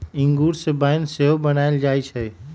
इंगूर से वाइन सेहो बनायल जाइ छइ